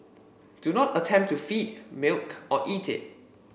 do not attempt to feed milk or eat it